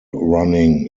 running